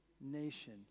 nation